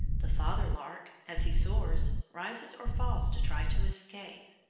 the father lark, as he soars, rises or falls to try to escape.